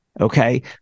okay